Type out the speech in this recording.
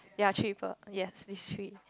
ya three people yes these three